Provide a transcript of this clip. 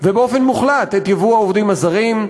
ובאופן מוחלט את ייבוא העובדים הזרים,